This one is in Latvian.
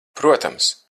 protams